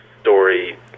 story